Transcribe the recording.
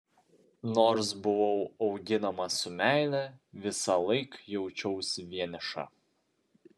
nors buvau auginama su meile visąlaik jaučiausi vieniša